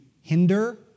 hinder